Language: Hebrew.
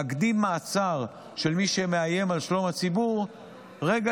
להקדים מעצר של מי שמאיים על שלום הציבור רגע